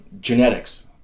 genetics